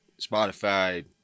spotify